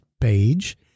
page